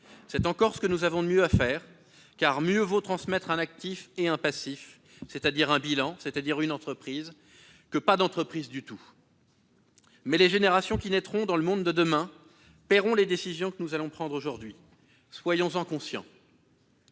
C'est encore ce que nous avons de mieux à faire, car mieux vaut transmettre un actif et un passif, c'est-à-dire un bilan, une entreprise, que pas d'entreprise du tout. Mais les générations qui naîtront dans le monde de demain paieront les décisions que nous allons prendre aujourd'hui. Soyons-en conscients.